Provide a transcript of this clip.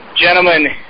Gentlemen